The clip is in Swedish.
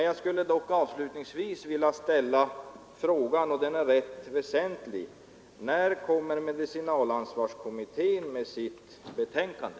Jag skulle dock avslutningsvis vilja ställa följande fråga, som är rätt väsentlig: När kommer medicinalansvarskommittén att framlägga sitt betänkande?